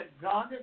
God